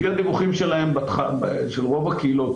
לפי הדיווחים של רוב הקהילות,